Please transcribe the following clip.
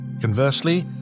Conversely